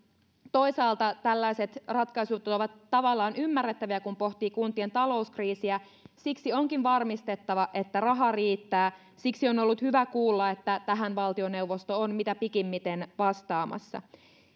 toisaalta tällaiset ratkaisut ovat tavallaan ymmärrettäviä kun pohtii kuntien talouskriisiä siksi onkin varmistettava että raha riittää siksi on ollut hyvä kuulla että tähän valtioneuvosto on mitä pikimmiten vastaamassa